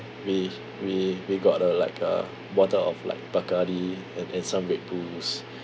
we we we got a like a bottle of like bacardi and and some red bulls